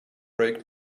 break